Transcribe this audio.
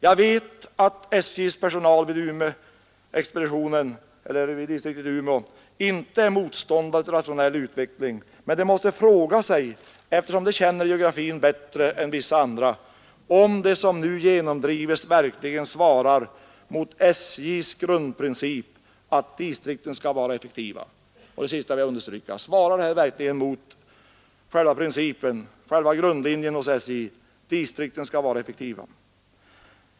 Jag vet att SJ:s personal vid distriktsexpeditionen i Umeå inte är motståndare till rationell utveckling, men de måste — eftersom de känner geografin bättre än vissa andra — fråga sig om det som nu genomdrivs verkligen svarar mot SJ:s grundprincip att distrikten skall vara effektiva. Det sista vill jag understryka: svarar detta verkligen mot själva grundlinjen hos SJ, att distrikten skall vara effektiva?